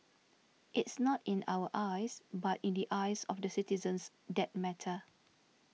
it's not in our eyes but in the eyes of the citizens that matter